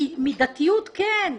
מידתיות - כן.